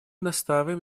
настаиваем